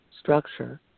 structure